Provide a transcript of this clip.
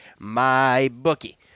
MyBookie